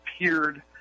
appeared